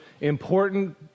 important